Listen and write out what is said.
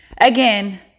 again